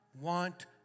want